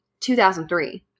2003